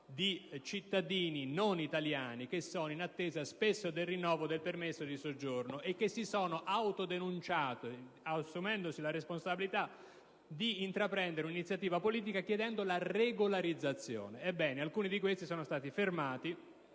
di cittadini non italiani che spesso sono in attesa del rinnovo del permesso di soggiorno e che si sono autodenunciati, assumendosi la responsabilità di intraprendere un'iniziativa politica chiedendo la regolarizzazione. Ebbene, alcuni di questi sono stati fermati